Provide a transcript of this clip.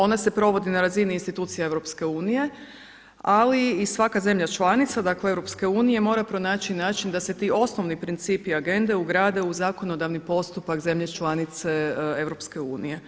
Ona se provodi na razini institucija EU ali i svaka zemlja članica, dakle EU mora pronaći način da se ti osnovni principi agende ugrade u zakonodavni postupak zemlje članice EU.